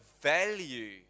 value